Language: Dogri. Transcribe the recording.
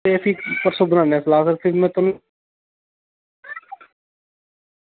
एह् फिर परसों बनाने आं सलाह् ऐ फिर